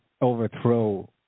overthrow